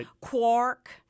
Quark